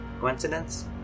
Coincidence